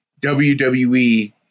WWE